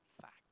fact